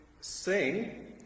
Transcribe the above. sing